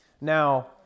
Now